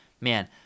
man